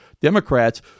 Democrats